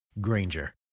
Granger